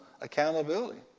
accountability